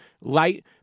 light